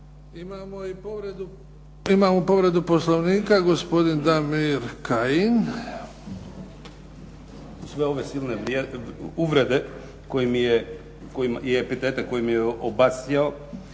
Imamo i povredu Poslovnika, gospodin Damir Kajin. **Kajin, Damir (IDS)** Sve ove silne uvrede i epitete kojima me obasjao,